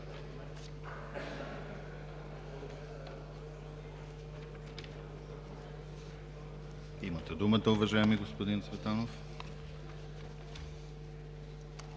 Имате думата, уважаеми господин Цветанов.